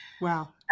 Wow